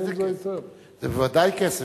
זה בוודאי כסף,